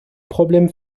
problème